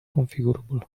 configurable